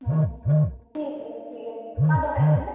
ᱴᱷᱤᱠ ᱜᱮᱭᱟ ᱴᱷᱤᱠ ᱜᱮᱭᱟ ᱢᱟ ᱫᱚᱦᱚᱭᱫᱟᱹᱧ ᱦᱮᱸ